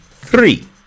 Three